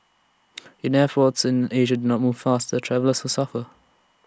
in airforce in Asia do not move faster travellers will suffer